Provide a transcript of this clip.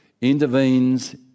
intervenes